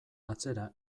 atzera